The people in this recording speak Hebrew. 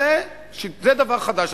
זה דבר חדש,